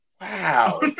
Wow